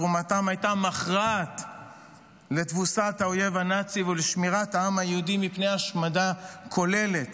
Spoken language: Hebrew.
תרומתם לתבוסת האויב הנאצי ולשמירת העם היהודי מפני השמדה כוללת